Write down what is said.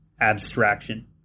abstraction